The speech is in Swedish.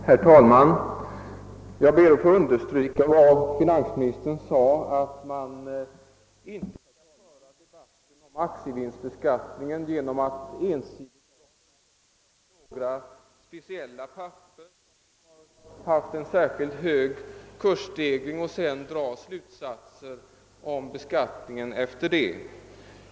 Herr talman! Jag ber att få understryka finansministerns yttrande att man inte i debatten om aktievinstbeskattningen ensidigt skall peka på några speciella papper, som genomgått en särskilt stark kursstegring och sedan med dessa som utgångspunkt dra slutsatser om beskattningen.